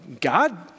God